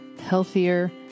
healthier